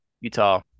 Utah